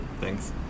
thanks